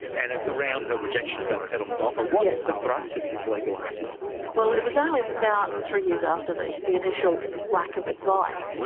and it's around the rejection of that settlement offer. what's the thrust of his legal argument? well, it was only about three years after the the initial lack of advice.